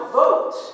vote